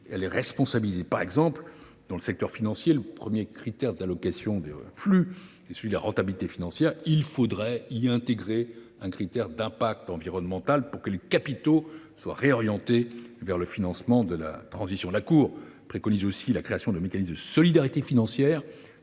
et à se responsabiliser. Par exemple, dans le secteur financier, le premier critère d’allocation des flux est celui de la rentabilité financière ; il faudrait y intégrer un critère d’impact environnemental, afin que les capitaux soient réorientés vers le financement de la transition. La Cour préconise aussi la création de mécanismes de solidarité financière,